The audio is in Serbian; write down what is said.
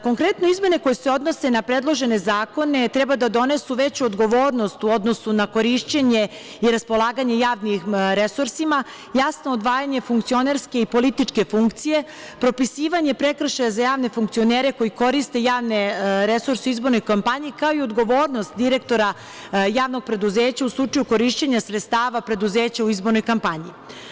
Konkretno, izmene koje se odnose na predložene zakone treba da donesu veću odgovornost u odnosu na korišćenje i raspolaganje javnim resursima, jasno odvajanje funkcionerske i političke funkcije, propisivanje prekršaja za javne funkcionere koji koriste javne resurse u izbornoj kampanji, kao i odgovornost direktora javnog preduzeća u slučaju korišćenja sredstava preduzeća u izbornoj kampanji.